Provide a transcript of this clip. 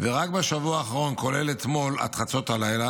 רק בשבוע האחרון, כולל אתמול, עד חצות הלילה,